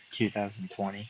2020